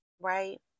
right